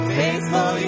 faithful